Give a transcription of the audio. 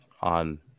on